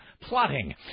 plotting